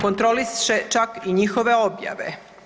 Kontroliše čak i njihove objave.